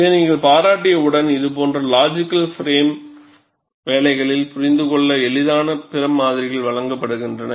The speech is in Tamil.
இதை நீங்கள் பாராட்டியவுடன் இதேபோன்ற லாஜிகல் ஃப்ரேம் வேலைகளில் புரிந்துகொள்ள எளிதான பிற மாதிரிகள் வழங்கப்படுகின்றன